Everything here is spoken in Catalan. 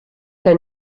que